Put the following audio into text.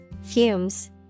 Fumes